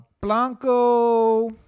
Blanco